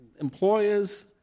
Employers